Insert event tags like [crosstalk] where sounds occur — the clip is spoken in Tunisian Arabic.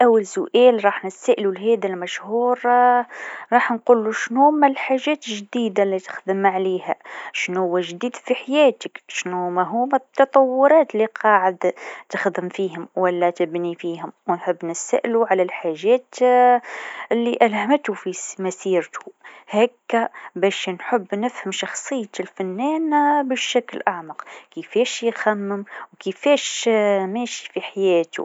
أول سؤال باش نسألو للمشهو، [hesitation] باش نقلو شنوما الحاجات الجديده اللي تخدم عليها؟ شنوه الجديد في حياتك؟ شنوما هوما التطورات اللي قاعد تخدم فيهم ولا تبني فيهم؟ ونحب نسألو على الحاجات [hesitation] اللي ألهماتو في س- مسيرتو، هكه باش نحب نفهم شخصية الفنان [hesitation] بشكل أعمق و كيفاش يخمم و كيفاش [hesitation] ماشي في حياتو.